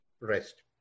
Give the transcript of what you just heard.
rest